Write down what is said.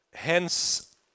Hence